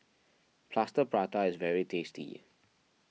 Plaster Prata is very tasty